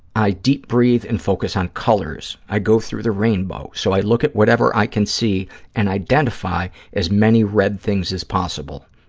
i deep breathe and focus on colors. i go through the rainbow, so i look at whatever i can see and identify as many red things as possible,